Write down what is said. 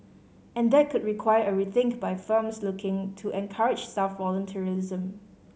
and that could require a rethink by firms looking to encourage staff volunteerism